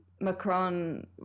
Macron